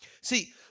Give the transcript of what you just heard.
See